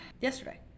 yesterday